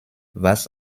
was